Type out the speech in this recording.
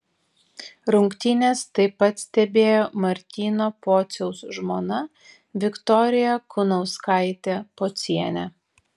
rungtynes taip pat stebėjo martyno pociaus žmona viktorija kunauskaitė pocienė